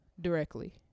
directly